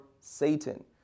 Satan